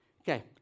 okay